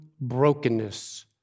brokenness